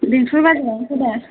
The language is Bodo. बेंटल बाजारावनो दा